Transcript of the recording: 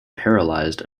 paralyzed